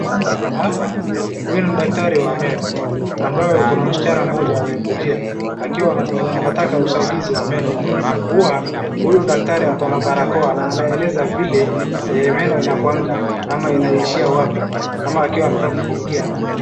Hapa, huyu ni daktari wa meno ambaye yuko na msichana mmoja amekujia, akiwa anataka usaidizi wa meno. Huwa, huyu daktari ako na barakoa na anaeleza vile meno inakuanga, ama inaishia wapi, ama akiwa anataka kufungia...